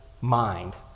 mind